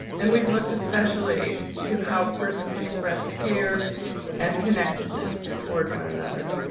and we've looked especially to how persons express care and connectedness toward one another.